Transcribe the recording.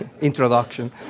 introduction